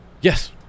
Yes